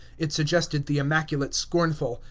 it suggested the immaculate scornful,